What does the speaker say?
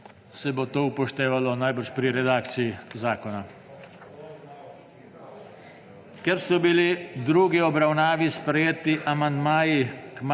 Se bo to upoštevalo verjetno pri redakciji. Zakona. Ker so bili v drugi obravnavi sprejeti amandmaji